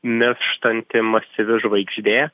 mirštanti masyvi žvaigždė